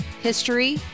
history